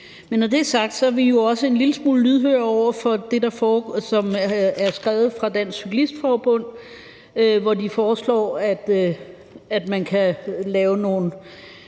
når det er sagt, er vi jo også en lille smule lydhøre over for det, som er skrevet af Dansk Cyklistforbund, som foreslår, at man kan lave nogle